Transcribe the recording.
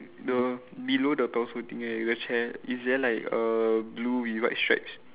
the below the parasol thing the chair is there like err blue with white stripes